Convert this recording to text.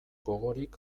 gogorik